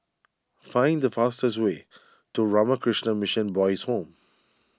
find the fastest way to Ramakrishna Mission Boys' Home